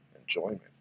enjoyment